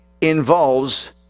involves